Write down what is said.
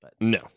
No